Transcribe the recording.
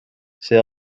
see